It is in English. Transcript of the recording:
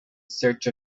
search